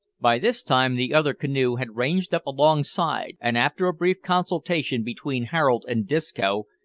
by this time the other canoe had ranged up alongside, and after a brief consultation between harold and disco,